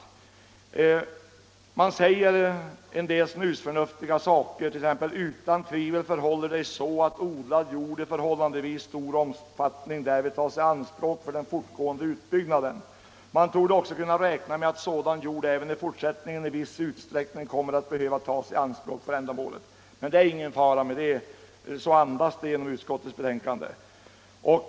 Utskottet säger en del snusförnuftiga saker, 1. ex.: ”Utan tvivel förhåller det sig så att odlad jord i förhållandevis stor omfattning därvid tas i anspråk för den fortgående utbyggnaden. Man torde också kunna räkna med att sådan jord även i fortsättningen i viss utsträckning kommer att behöva tas i anspråk för ändamålet.” Men det är ingen fara med det — den uppfattningen andas utskottets utlåtande.